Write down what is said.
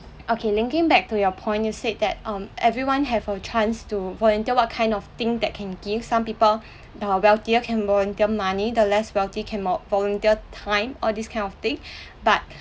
okay linking back to your point you said that um everyone have a chance to volunteer what kind of thing that can give some people now uh wealthier can volunteer money the less wealthy can vol~ volunteer time all these kind of thing but